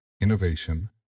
innovation